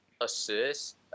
assist